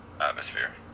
atmosphere